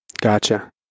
Gotcha